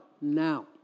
now